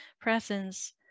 presence